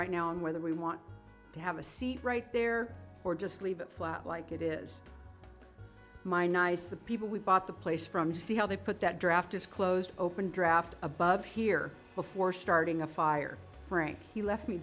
right now on whether we want to have a seat right there or just leave it flat like it is my nice the people we bought the place from see how they put that draft is closed open draft above here before starting a fire he left me